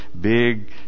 big